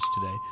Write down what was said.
today